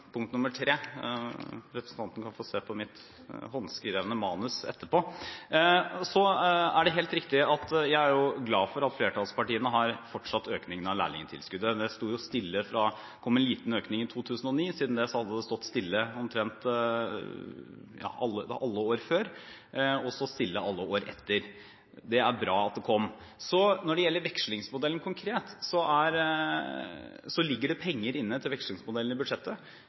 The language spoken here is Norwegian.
punkt nr. 3, representanten kan få se på mitt håndskrevne manus etterpå. Så er det helt riktig, og jeg er glad for, at flertallspartiene har fortsatt økningen av lærlingtilskuddet. Det kom en liten økning i 2009, men det hadde omtrent stått stille i alle år før, og har stått stille alle år etter. Det er bra at det kom. Når det gjelder vekslingsmodellen konkret, ligger det penger inne til den i budsjettet.